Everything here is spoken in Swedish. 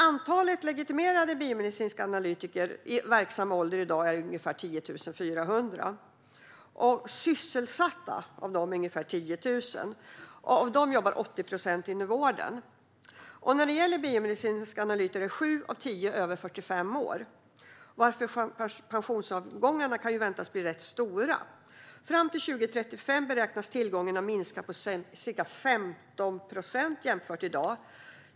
Antalet legitimerade biomedicinska analytiker i verksam ålder är i dag ungefär 10 400. Av dem är ungefär 10 000 sysselsatta, varav 80 procent jobbar inom vården. Sju av tio av de biomedicinska analytikerna är över 45 år, varför pensionsavgångarna kan väntas bli rätt stora. Fram till 2035 beräknas tillgången ha minskat med ca 15 procent jämfört med i dag.